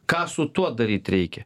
ką su tuo daryt reikia